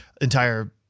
entire